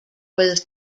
was